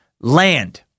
Land